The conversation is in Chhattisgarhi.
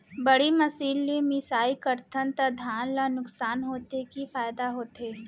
बड़ी मशीन ले मिसाई करथन त धान ल नुकसान होथे की फायदा होथे?